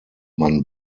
mann